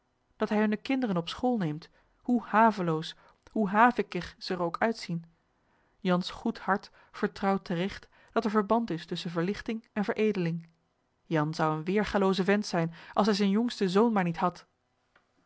dat hij hunne kinderen op school neemt hoe haveloos hoe havikkig ze er ook uitzien jan's goed hart vertrouwt te regt dat er verband is tusschen verlichting en veredeling jan zou een weêrgalooze vent zijn als hij zijn jongsten zoon maar niet had